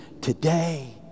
today